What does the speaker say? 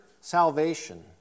salvation